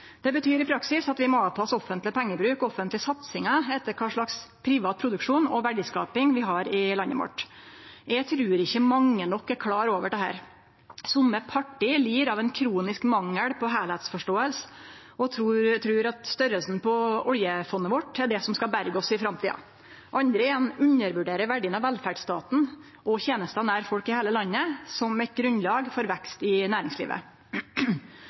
Det betyr i praksis at vi må avpasse offentleg pengebruk, offentlege satsingar, etter kva slags privat produksjon og verdiskaping vi har i landet vårt. Eg trur ikkje mange nok er klar over dette. Somme parti lir av ein kronisk mangel på heilskapsforståing og trur at størrelsen på oljefondet vårt er det som skal berge oss i framtida. Andre igjen undervurderer verdien av velferdsstaten og tenester nær folk i heile landet som eit grunnlag for vekst i næringslivet.